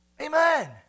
Amen